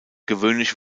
gewöhnlich